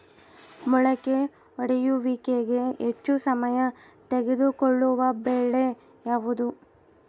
ಮೊಳಕೆ ಒಡೆಯುವಿಕೆಗೆ ಹೆಚ್ಚು ಸಮಯ ತೆಗೆದುಕೊಳ್ಳುವ ಬೆಳೆ ಯಾವುದು?